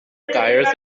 skiers